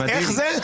איך זה?